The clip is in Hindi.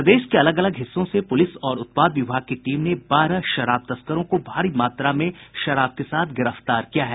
प्रदेश के अलग अलग हिस्सों से पुलिस और उत्पाद विभाग की टीम ने बारह शराब तस्करों को भारी मात्रा में शराब के साथ गिरफ्तार किया है